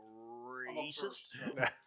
racist